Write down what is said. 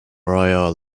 royal